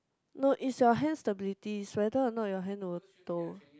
no it's your hand stability it's whether or not you hand will 抖